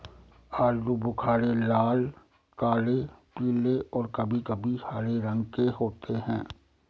आलू बुख़ारे लाल, काले, पीले और कभी कभी हरे रंग के होते हैं